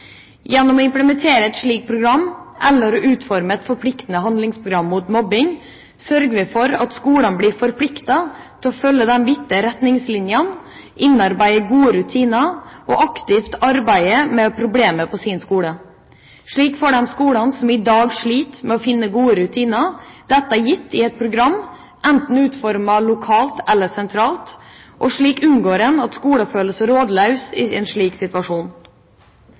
Gjennom å implementere et slikt program eller å utforme et forpliktende handlingsprogram mot mobbing sørger vi for at skolene blir forpliktet til å følge gitte retningslinjer, innarbeide gode rutiner og aktivt arbeide med problemet på sin skole. Slik får de skolene som i dag sliter med å finne gode rutiner, dette gitt i et program, enten utformet lokalt eller sentralt, og slik unngår en at skolen føler seg rådløs i en slik situasjon.